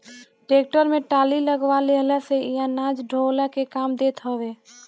tractor में trolley लगवा लेहला से इ अनाज ढोअला के काम देत हवे